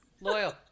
Loyal